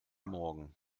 morgen